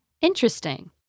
Interesting